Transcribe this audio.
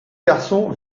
garçon